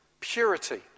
purity